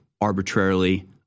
arbitrarily